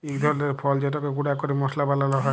ইক ধরলের ফল যেটকে গুঁড়া ক্যরে মশলা বালাল হ্যয়